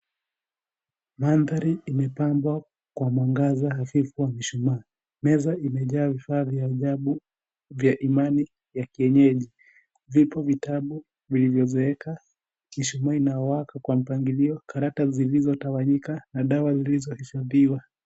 Mandhari imepangwa kwa mwangaza hafifu wa mishumaa. Meza imejaa vifaa vya ajabu vya imani ya kienyeji. Vipo vitabu vilivyozeeka, mishumaa inawaka kwa mpangilio, karata zilizotawanyika na dawa zilizofungiwa.